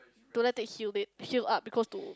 to let it heal it heal up because to